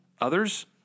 others